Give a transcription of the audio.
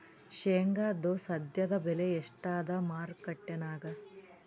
ಶೇಂಗಾದು ಸದ್ಯದಬೆಲೆ ಎಷ್ಟಾದಾ ಮಾರಕೆಟನ್ಯಾಗ?